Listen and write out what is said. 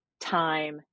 time